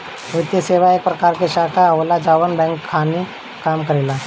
वित्तीये सेवा एक प्रकार के शाखा ही होला जवन बैंक खानी काम करेला